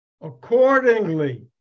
accordingly